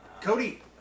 Cody